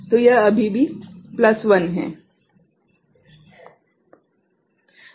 तो यह अभी भी प्लस 1 है